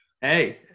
Hey